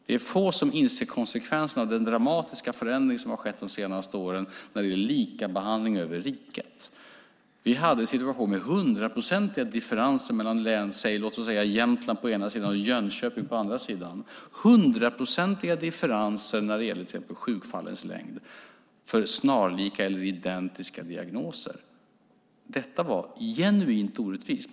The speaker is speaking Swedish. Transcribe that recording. Det är få som inser konsekvensen av den dramatiska förändring som skett de senaste åren när det gäller likabehandling över riket. Vi hade en situation med hundraprocentiga differenser mellan län, mellan låt oss säga Jämtland på ena den sidan och Jönköping på den andra. Det var hundraprocentiga differenser till exempel i fråga om sjukfallens längd för snarliga eller identiska diagnoser. Det var genuint orättvist.